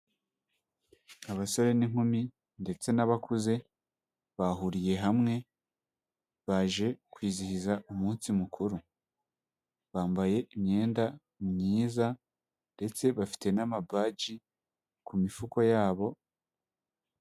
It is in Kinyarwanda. Abasore n'inkumi ndetse n'abakuze, bahuriye hamwe baje kwizihiza umunsi mukuru, bambaye imyenda myiza ndetse bafite n'amabaji ku mifuka yabo.